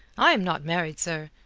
i'm not married, sir.